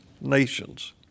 nations